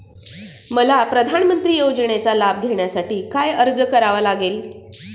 मला प्रधानमंत्री योजनेचा लाभ घेण्यासाठी काय अर्ज करावा लागेल?